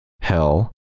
hell